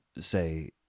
say